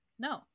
No